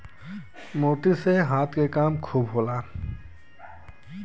मोती से हाथ के काम खूब होला